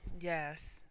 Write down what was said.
yes